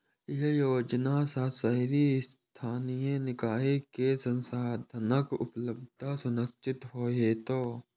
एहि योजना सं शहरी स्थानीय निकाय कें संसाधनक उपलब्धता सुनिश्चित हेतै